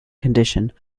condition